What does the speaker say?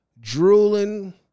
drooling